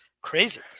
Crazy